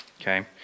okay